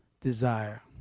desire